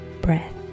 breath